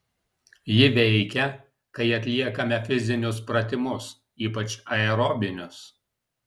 ji veikia kai atliekame fizinius pratimus ypač aerobinius